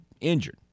injured